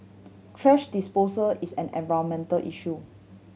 thrash disposal is an environmental issue